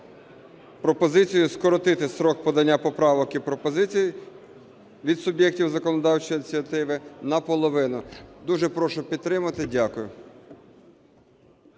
пропозицією скоротити строк подання поправок і пропозицій від суб'єктів законодавчої ініціативи наполовину. Дуже прошу підтримати. Дякую.